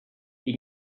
you